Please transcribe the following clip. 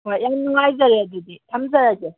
ꯍꯣꯏ ꯌꯥꯝ ꯅꯨꯡꯉꯥꯏꯖꯔꯦ ꯑꯗꯨꯗꯤ ꯊꯝꯖꯔꯒꯦ